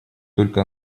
только